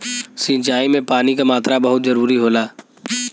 सिंचाई में पानी क मात्रा बहुत जरूरी होला